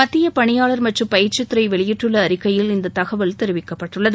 மத்திய பணியாளர் மற்றும் பயிற்சி துறை வெளியிட்டுள்ள அறிக்கையில் இந்த தகவல் தெரிவிக்கப்பட்டுள்ளது